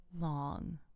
long